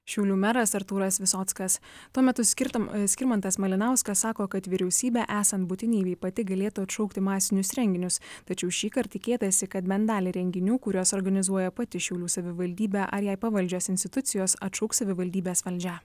šiaulių meras artūras visockas tuo metu skirtum skirmantas malinauskas sako kad vyriausybė esant būtinybei pati galėtų atšaukti masinius renginius tačiau šįkart tikėtasi kad bent dalį renginių kuriuos organizuoja pati šiaulių savivaldybė ar jai pavaldžios institucijos atšauks savivaldybės valdžia